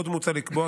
עוד מוצע לקבוע,